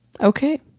Okay